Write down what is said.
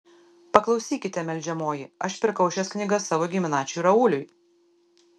paklausykite meldžiamoji aš pirkau šias knygas savo giminaičiui rauliui